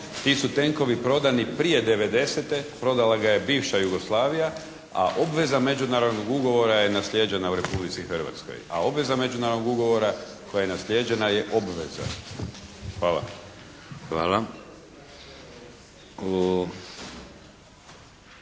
Ti su tenkovi prodani prije '90., prodala ga je bivša Jugoslavija, a obveza međunarodnog ugovora je naslijeđena u Republici Hrvatskoj, a obveza međunarodnog ugovora koja je naslijeđena je obveza. Hvala.